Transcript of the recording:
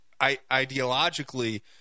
ideologically